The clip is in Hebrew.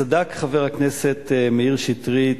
צדק חבר הכנסת מאיר שטרית,